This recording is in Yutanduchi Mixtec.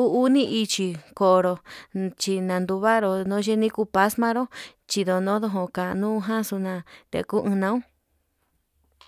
uu uni ndichi, konro chi nanduvaruu nuu yenii kuu paxmaru chindono ndojanu nukaxtuna nduno'o.